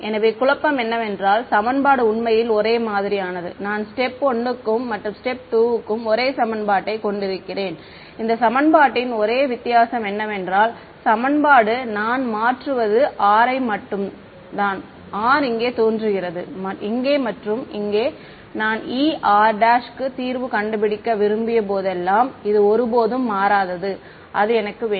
எனவே குழப்பம் என்னவென்றால் சமன்பாடு உண்மையில் ஒரே மாதிரியானது நான் ஸ்டேப் 1 க்கும் மற்றும் ஸ்டேப் 2 க்கும் ஒரே சமன்பாட்டைக் கொண்டிருக்கிறேன் இந்த சமன்பாட்டின் ஒரே வித்தியாசம் என்னவென்றால் சமன்பாடு நான் மாற்றுவது r யை மட்டும் தான் r இங்கே தோன்றுகிறது இங்கே மற்றும் இங்கே நான் Er' க்கு தீர்வு கண்டுபிடிக்க விரும்பியபோதெல்லாம் இது ஒருபோதும் மாறாதாது அது எனக்கு வேண்டும்